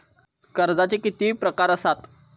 कर्जाचे किती प्रकार असात?